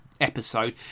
episode